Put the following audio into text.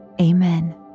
amen